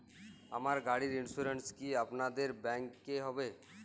আমার গাড়ির ইন্সুরেন্স কি আপনাদের ব্যাংক এ হবে?